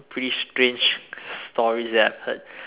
pretty strange stories that I've heard